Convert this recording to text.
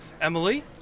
Emily